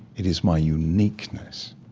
it is my uniqueness